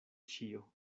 ĉio